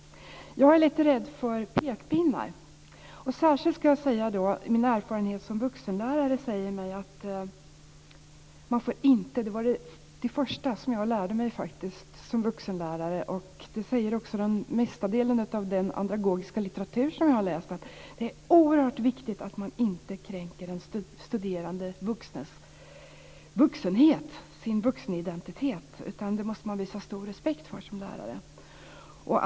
Jag är rädd för pekpinnar. Det första jag lärde mig som vuxenlärare - det framgår också av den litteratur som finns på området - var att det är oerhört viktigt att man inte kränker den vuxne studerandes identitet utan att man som lärare måste visa respekt.